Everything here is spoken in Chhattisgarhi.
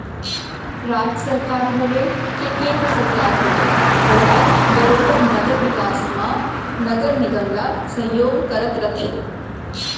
राज सरकार होवय के केन्द्र सरकार होवय ओहर बरोबर नगर बिकास म नगर निगम ल सहयोग करत रथे